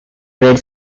red